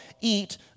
eat